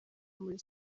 muri